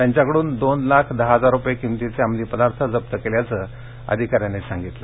त्यांच्याकडून दोन लाख दहा हजार रुपये किमतीचे अमली पदार्थ जप्त केल्याचं अधिकाऱ्यांनी सांगितलं